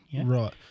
Right